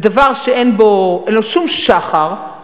זה דבר שאין לו שום שחר.